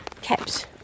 kept